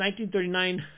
1939